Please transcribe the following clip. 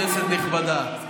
כנסת נכבדה,